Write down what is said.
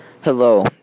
Hello